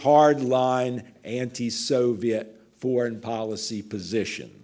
hard line anti soviet foreign policy position